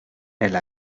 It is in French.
elle